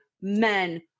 men